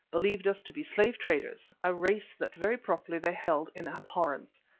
believed us to be slave-traders, a race that very properly they held in abhorrence,